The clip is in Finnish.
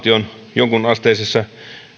jonkunasteisessa